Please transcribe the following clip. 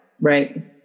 Right